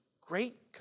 great